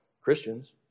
Christians